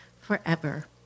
forever